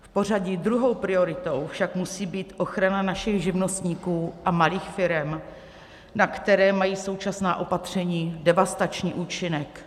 V pořadí druhou prioritou však musí být ochrana našich živnostníků a malých firem, na které mají současná opatření devastační účinek.